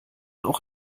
auch